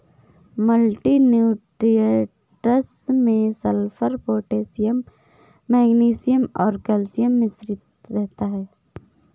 multi nutrients में sulphur, potassium magnesium और calcium मिश्रित रहता है